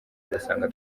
ugasanga